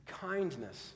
kindness